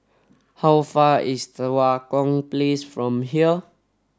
how far away is Tua Kong Place from here